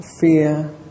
fear